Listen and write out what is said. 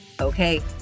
Okay